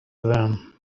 them